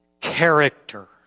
character